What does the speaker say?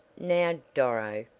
now doro!